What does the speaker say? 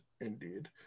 indeed